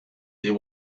there